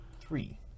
three